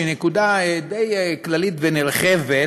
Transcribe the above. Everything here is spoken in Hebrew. שהיא נקודה די כללית ונרחבת,